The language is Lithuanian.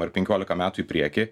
ar penkiolika metų į priekį